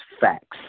facts